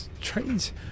trains